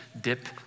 dip